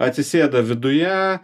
atsisėda viduje